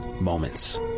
Moments